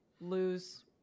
lose